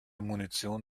munition